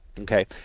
Okay